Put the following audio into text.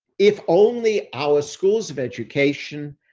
if only our schools of education,